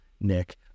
Nick